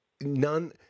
none